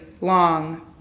long